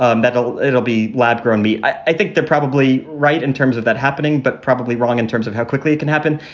um that it'll it'll be lab grown meat. i think they're probably right in terms of that happening, but probably wrong in terms of how quickly it can happen.